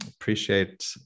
appreciate